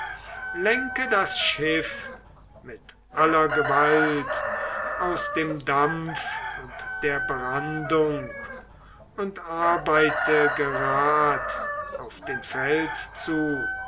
lenke das schiff mit aller gewalt aus dem dampf und der brandung und arbeite gerad auf den fels zu